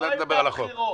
עוד מעט נדבר על הצעת החוק.